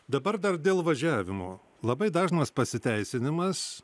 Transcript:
dabar dar dėl važiavimo labai dažnas pasiteisinimas